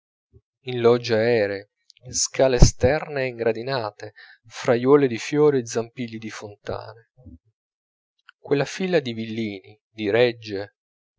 in loggie aeree in scale esterne e in gradinate fra aiuole di fiori e zampilli di fontane quella fila di villini di reggie